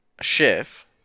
Chef